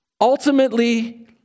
Ultimately